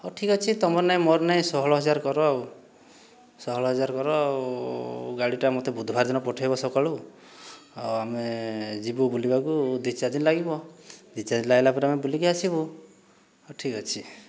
ହେଉ ଠିକ୍ ଅଛି ତୁମର ନାଇଁ ମୋର ନାଇଁ ଷୋହଳ ହଜାର କର ଆଉ ଷୋହଳ ହଜାର କର ଆଉ ଗାଡ଼ିଟା ମୋତେ ବୁଧବାର ଦିନ ପଠାଇବ ସକାଳୁ ଆଉ ଆମେ ଯିବୁ ବୁଲିବାକୁ ଦୁଇ ଚାରି ଦିନ ଲାଗିବ ଦୁଇ ଚାରିଦିନ ଲାଗିଲା ପରେ ଆମେ ବୁଲିକି ଆସିବୁ ହେଉ ଠିକ୍ ଅଛି